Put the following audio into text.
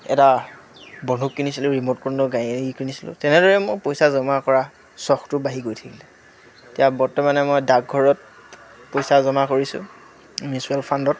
এটা বন্ধুক কিনিছিলোঁ ৰিম'ট কণ্ট্ৰল গাড়ী কিনিছিলোঁ তেনেদৰে মোৰ পইচা জমা কৰা চখটো বাঢ়ি গৈ থাকিলে এতিয়া বৰ্তমানে মই ডাকঘৰত পইচা জমা কৰিছোঁ মিউচুৱেল ফাণ্ডত